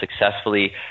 successfully